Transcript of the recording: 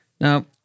Now